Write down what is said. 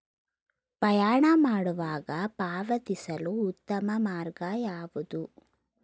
ಪ್ರಯಾಣ ಮಾಡುವಾಗ ಪಾವತಿಸಲು ಉತ್ತಮ ಮಾರ್ಗ ಯಾವುದು?